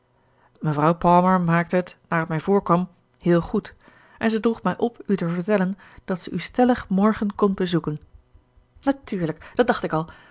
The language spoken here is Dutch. mevrouw palmer maakte het naar t mij voorkwam heel goed en zij droeg mij op u te vertellen dat ze u stellig morgen komt bezoeken natuurlijk dat dacht ik al